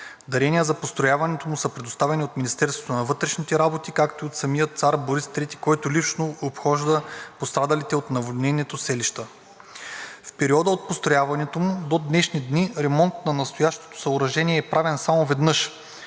Дарения за построяването му са предоставени от Министерството на вътрешните работи, както и от самия Цар Борис III, който лично обхожда пострадалите селища. В периода от построяването му до днешни дни ремонт на настоящото съоръжение е правен само веднъж,